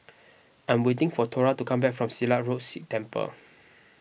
I'm waiting for Thora to come back from Silat Road Sikh Temple